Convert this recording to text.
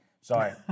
Sorry